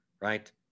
right